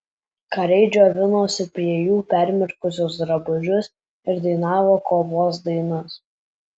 kariai džiovinosi prie jų permirkusius drabužius ir dainavo kovos dainas